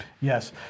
Yes